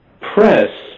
press